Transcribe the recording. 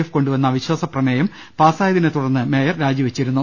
F കൊണ്ടുവന്ന അവിശ്വാസ പ്രമോയം പാസായതിനെ തുർന്ന് മേയർ രാജിവെച്ചിരുന്നു